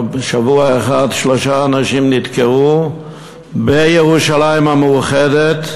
בשבוע אחד שלושה אנשים נדקרו בירושלים המאוחדת,